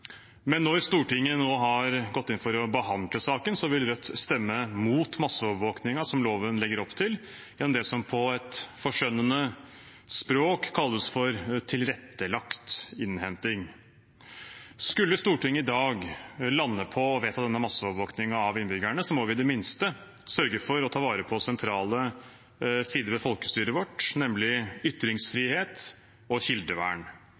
Men når Stortinget nå har gått inn for å behandle saken, vil Rødt stemme imot masseovervåkningen som loven legger opp til, det som på et forskjønnende språk kalles for tilrettelagt innhenting. Skulle Stortinget i dag lande på å vedta denne masseovervåkningen av innbyggerne, må vi i det minste sørge for å ta vare på sentrale sider ved folkestyret vårt, nemlig ytringsfrihet og kildevern.